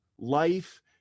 Life